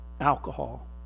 alcohol